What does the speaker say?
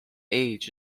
age